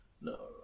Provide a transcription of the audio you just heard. No